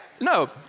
no